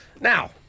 Now